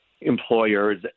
employers